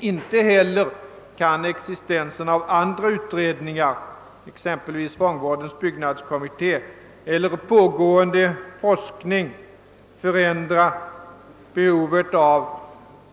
Inte heller kan existensen av andra utredningar — exempelvis fångvårdens byggnadskommitté — eller pågående forskning förändra behovet av ett